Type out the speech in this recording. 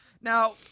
Now